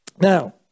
Now